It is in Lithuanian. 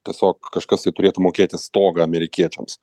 tiesiog kažkas tai turėtų mokėti stogą amerikiečiams